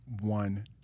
one